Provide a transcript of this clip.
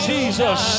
Jesus